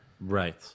Right